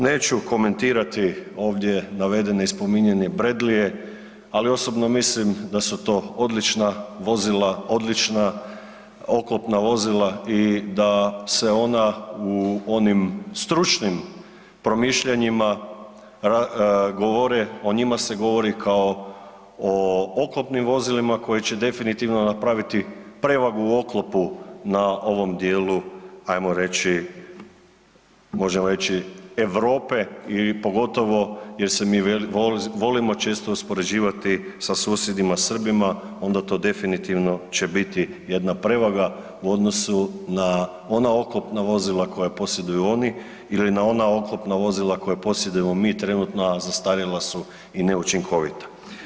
Neću komentirati ovdje navedene i spominjane Bradleyje ali osobno mislim da su to odlična vozila, odlična oklopna vozila i da se ona u onim stručnim promišljanjima govore, o njima se govori kao o oklopnim vozilima koja će definitivno napraviti prevagu u oklopu na ovom djelu ajmo reći, možemo reći Europe ili pogotovo gdje se volimo često uspoređivati sa susjedima Srbima, onda to definitivno će biti jedna prevaga u odnosu na ona oklopna vozila koja posjeduju oni ili na ona oklopna vozila koja posjedujemo mi trenutno a zastarjela su i neučinkovita.